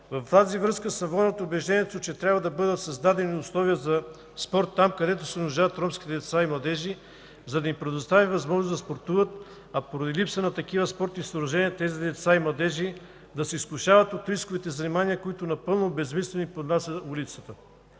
В тази връзка съм воден от убеждението си, че трябва да бъдат създадени условия за спорт там, където се нуждаят ромските деца и младежи, за да им предоставим възможност да спортуват, а поради липса на такива спортни съоръжения тези деца и младежи да се изкушават от рисковите занимания, които напълно безмилостно им поднася улицата.